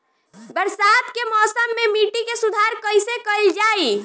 बरसात के मौसम में मिट्टी के सुधार कइसे कइल जाई?